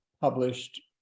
published